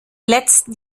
letzten